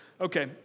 okay